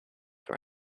for